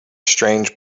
strange